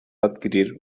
adquirir